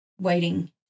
waiting